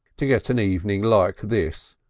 to get an evening like this?